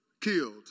killed